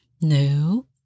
No